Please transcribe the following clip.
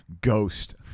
ghost